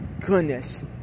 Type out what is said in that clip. goodness